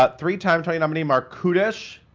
but three-time tony nominee marc kudisch.